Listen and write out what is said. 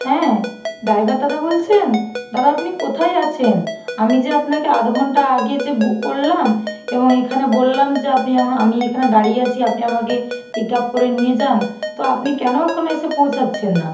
হ্যাঁ ডাইভার দাদা বলছেন দাদা আপনি কোথায় আছেন আমি যে আপনাকে আধ ঘন্টা আগে যে বুক করলাম এবং এখানে বললাম যে আপনি আমায় আমি এখানে দাঁড়িয়ে আছি আপনি আমাকে পিকআপ করে নিয়ে যান তো আপনি কেন এখনো এসে পৌঁছাচ্ছেন না